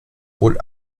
wohl